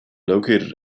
located